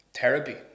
therapy